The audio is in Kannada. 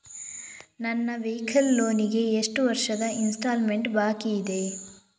ನನ್ನ ವೈಕಲ್ ಲೋನ್ ಗೆ ಎಷ್ಟು ವರ್ಷದ ಇನ್ಸ್ಟಾಲ್ಮೆಂಟ್ ಬಾಕಿ ಇದೆ?